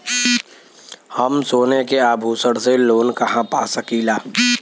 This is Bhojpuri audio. हम सोने के आभूषण से लोन कहा पा सकीला?